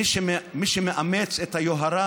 מי שמאמץ את היוהרה,